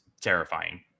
terrifying